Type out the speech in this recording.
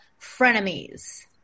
Frenemies